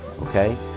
Okay